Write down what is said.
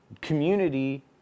Community